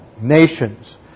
nations